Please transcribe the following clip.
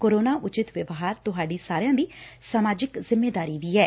corona ਉਚਿਤ ਵਿਵਹਾਰ ਤੁਹਾਡੀ ਸਮਾਜਿਕ ਜਿੰਮੇਵਾਰੀ ਵੀ ਐ